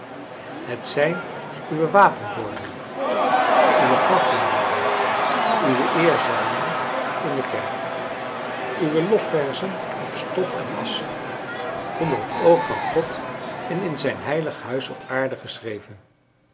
het zijn uwe wapenborden uwe grafnaalden uwe eerzuilen in de kerk uwe lofverzen op stof en assche onder het oog van god en in zijn heilig huis op aarde geschreven